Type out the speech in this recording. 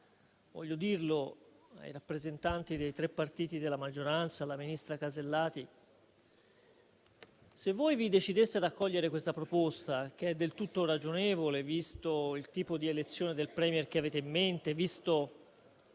voglio dirlo ai rappresentanti dei tre partiti della maggioranza e alla ministra Casellati - se voi vi decideste ad accogliere questa proposta, che è del tutto ragionevole, visto il tipo di elezione del *Premier* che avete in mente